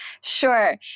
Sure